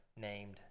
named